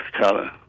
color